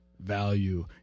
Value